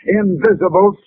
invisible